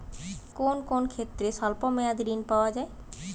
কোন কোন ক্ষেত্রে স্বল্প মেয়াদি ঋণ পাওয়া যায়?